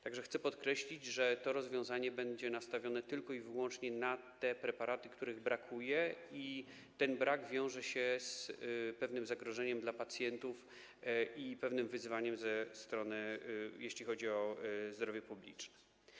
Tak że chcę podkreślić, że to rozwiązanie będzie nastawione tylko i wyłącznie na te preparaty, których brakuje, i ten brak wiąże się z pewnym zagrożeniem dla pacjentów i pewnym wyzwaniem, jeśli chodzi o zdrowie publiczne.